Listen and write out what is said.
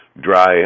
dry